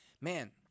man